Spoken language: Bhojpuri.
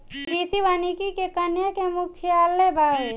कृषि वानिकी के केन्या में मुख्यालय बावे